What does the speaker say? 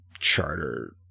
charter